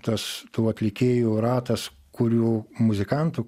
tas tų atlikėjų ratas kurių muzikantų